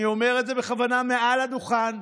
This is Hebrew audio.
אני אומר את זה בכוונה מעל הדוכן.